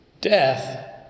Death